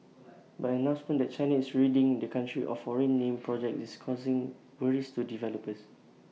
but announcement that China is ridding the country of foreign name projects is causing worries to developers